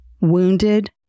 wounded